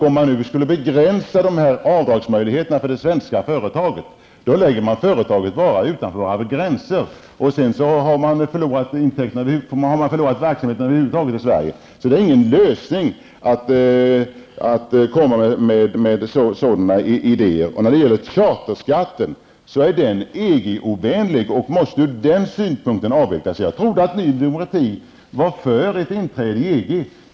Om dessa avdragsmöjligheter för det svenska företaget skulle begränsas, läggs företaget bara utanför Sveriges gränser. Sedan har man förlorat verksamheten över huvud taget i Sverige. Det är alltså ingen lösning att komma med sådana idéer. Charterskatten är EG-ovänlig och måste från denna synpunkt avvecklas. Jag trodde att Ny Demokrati var för ett inträde i EG.